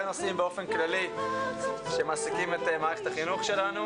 נושאים שמעסיקים את מערכת החינוך שלנו.